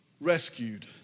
rescued